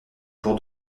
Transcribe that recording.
pour